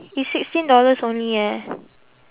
it's sixteen dollars only eh